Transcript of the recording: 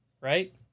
right